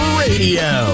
radio